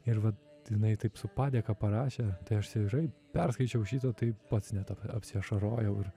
ir vat jinai taip su padėka parašė tai aš taip perskaičiau šitą tai pats net ap apsiašarojau ir